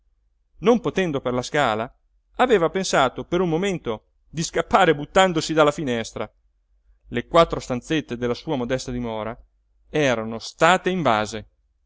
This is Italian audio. non potendo per la scala aveva pensato per un momento di scappare buttandosi dalla finestra le quattro stanzette della sua modesta dimora erano state invase